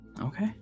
Okay